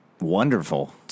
Wonderful